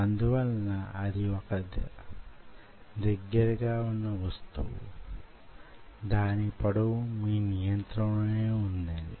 అందువలన అది వొక దగ్గరగా ఉన్న వస్తువు దాని పొడవు మీ నియంత్రణలోనే వున్నది